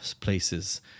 places